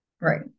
Right